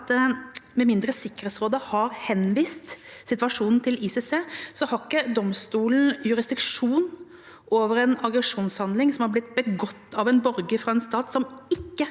at med mindre Sikkerhetsrådet har henvist situasjonen til ICC, har ikke domstolen jurisdiksjon over en aggresjonshandling som har blitt begått av en borger fra en stat som ikke